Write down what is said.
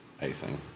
icing